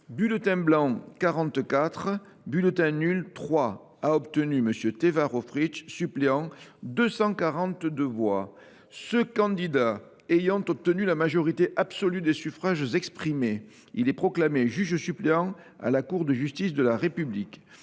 Bulletins blancs : 44 Bulletins nuls : 3 M. Teva Rohfritsch a obtenu 242 voix. Ce candidat ayant obtenu la majorité absolue des suffrages exprimés, il est proclamé juge suppléant à la Cour de justice de la République.